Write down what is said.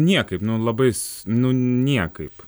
niekaip nu labais nu niekaip